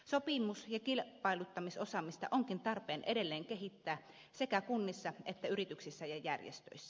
sopimus ja kilpailuttamisosaamista onkin tarpeen edelleen kehittää sekä kunnissa että yrityksissä ja järjestöissä